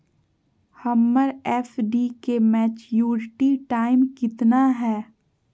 हमर एफ.डी के maturity time कितना है?